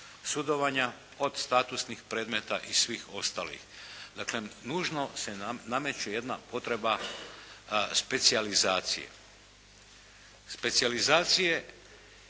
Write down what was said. sudovanja od statusnih predmeta i svih ostalih. Dakle, nužno se nameće jedna potreba specijalizacije. Specijalizacije